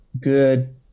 good